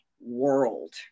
world